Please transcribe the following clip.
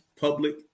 public